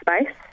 space